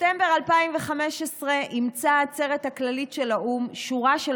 בספטמבר 2015 אימצה העצרת הכללית של האו"ם שורה של